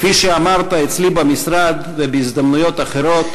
כפי שאמרת אצלי במשרד ובהזדמנויות אחרות,